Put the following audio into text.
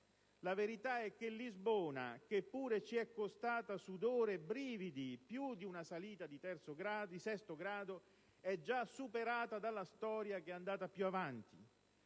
il Trattato di Lisbona, che pure ci è costato sudore e brividi, più di una salita di sesto grado, è già superato dalla storia, che è andata più avanti.